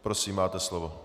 Prosím, máte slovo.